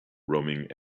roaming